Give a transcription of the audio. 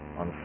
on